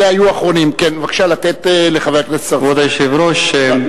כבוד היושב-ראש,